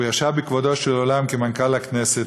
הוא ישב בכבודו של עולם כמנכ"ל הכנסת,